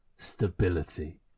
Stability